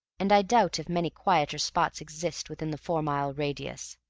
and i doubt if many quieter spots exist within the four-mile radius.